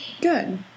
Good